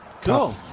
Cool